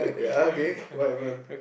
ya okay what happen